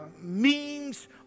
memes